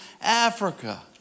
Africa